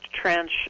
trench